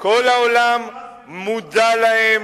כל העולם מודע להם,